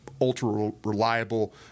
ultra-reliable